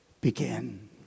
begin